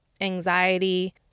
Anxiety